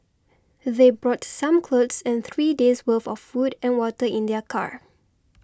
they brought some clothes and three days' worth of food and water in their car